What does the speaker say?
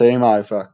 אמצעי מאבק